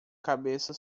cabeça